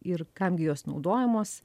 ir kam gi jos naudojamos